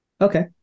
Okay